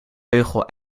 beugel